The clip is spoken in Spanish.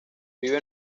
vive